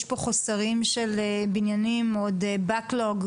יש פה חוסרים של בניינים עוד אחרונה,